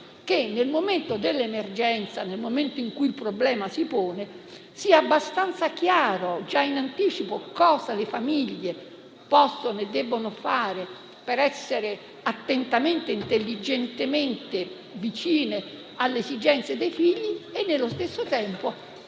che, nel momento dell'emergenza, in cui il problema si pone, rendano abbastanza chiaro, in anticipo, cosa le famiglie possono e devono fare per essere attentamente e intelligentemente vicine alle esigenze dei figli e, nello stesso tempo,